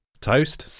Toast